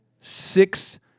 six